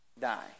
die